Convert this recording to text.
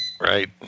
right